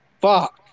Fuck